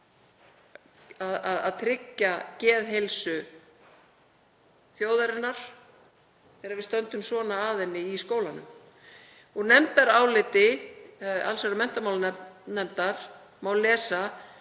að tryggja geðheilsu þjóðarinnar þegar við stöndum svona að henni í skólanum? Í nefndaráliti allsherjar- og menntamálanefndar má lesa